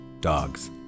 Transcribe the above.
dogs